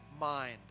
mind